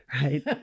Right